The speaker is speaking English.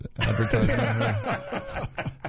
advertisement